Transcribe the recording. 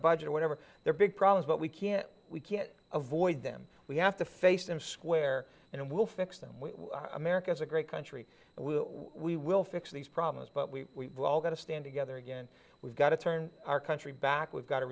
budget whatever their big problems but we can't we can't avoid them we have to face them square and we'll fix them america is a great country and will we will fix these problems but we are all going to stand together again we've got to turn our country back we've got to